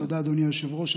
תודה, אדוני היושב-ראש.